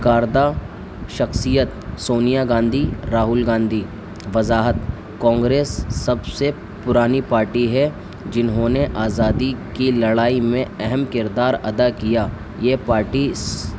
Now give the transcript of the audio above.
کردہ شخصیت سونیہ گاندھی راہل گاندھی وضاحت کانگریس سب سے پرانی پارٹی ہے جنہوں نے آزادی کی لڑائی میں اہم کردار ادا کیا یہ پارٹی